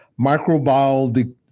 microbial